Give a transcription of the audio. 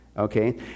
Okay